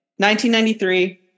1993